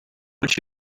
once